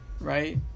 Right